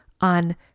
On